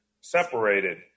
separated